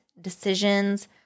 decisions